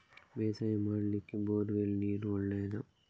ಬೇಸಾಯ ಮಾಡ್ಲಿಕ್ಕೆ bore well ನೀರು ಒಳ್ಳೆಯದಾ?